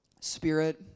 Spirit